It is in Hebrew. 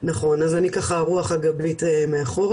נכון אז אנחנו ככה הרוח הגבית מאחורה,